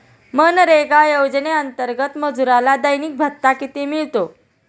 मनरेगा योजनेअंतर्गत मजुराला दैनिक भत्ता किती मिळतो?